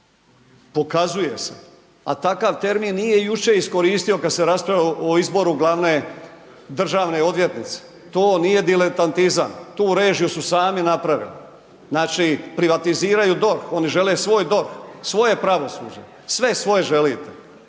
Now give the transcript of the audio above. pokazuje se, a takav termin nije jučer iskoristio kad se raspravljalo i izboru glavne državne odvjetnice, to nije dilentatizam, tu režiju su sami napravili. Znači privatiziraju DORH, oni žele svoj DORH, svoje pravosuđe, sve svoje želite.